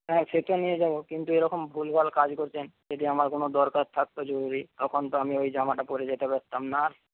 হ্যাঁ সে তো নিয়ে যাব কিন্তু এইরকম ভুলভাল কাজ করছেন যদি আমার কোন দরকার থাকত জরুরি তখন তো আমি ওই জামাটা পরে যেতে পারতাম না আর